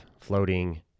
floating